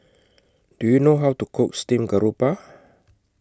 Do YOU know How to Cook Steamed Garoupa